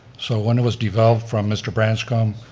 so when it was developed from mr. branscombe,